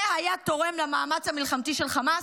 זה היה תורם למאמץ המלחמתי של חמאס?